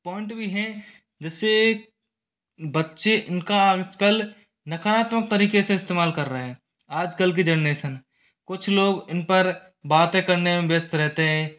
point भी हैं जैसे बच्चे इनका आजकल नकारात्मक तरीके से इस्तेमाल कर रहे हैं आजकल की जनरेसन कुछ लोग इनपर बाते करने में व्यस्त रहते हैं